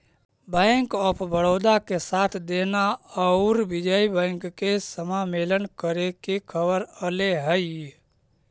bank of Baroda के साथ देना औउर विजय बैंक के समामेलन करे के खबर अले हई